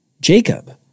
Jacob